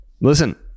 Listen